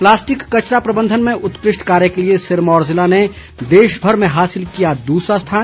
plastic कचरा प्रबंधन में उत्कृष्ट कार्य के लिए सिरमौर ज़िले ने देशभर में हासिल किया दूसरा स्थान